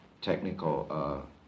technical